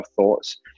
thoughts